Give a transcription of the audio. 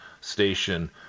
Station